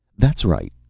that's right,